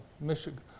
Michigan